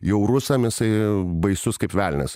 jau rusam jisai baisus kaip velnias